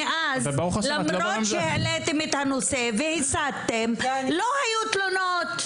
מאז שהעליתם את הנושא לא היו תלונות.